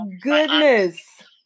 goodness